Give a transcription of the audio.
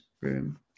room